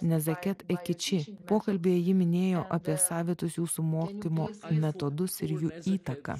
nezaket ekiči pokalbyje ji minėjo apie savitus jūsų mokymo metodus ir jų įtaką